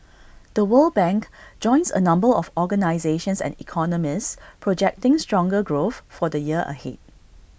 the world bank joins A number of organisations and economists projecting stronger growth for the year ahead